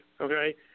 Okay